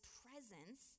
presence